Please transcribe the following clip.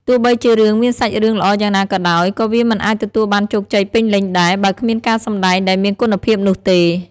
ទោះបីជារឿងមានសាច់រឿងល្អយ៉ាងណាក៏ដោយ ក៏វាមិនអាចទទួលបានជោគជ័យពេញលេញដែរ បើគ្មានការសម្ដែងដែលមានគុណភាពនោះទេ។